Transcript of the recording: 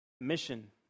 mission